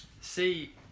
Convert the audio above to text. See